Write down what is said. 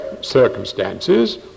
circumstances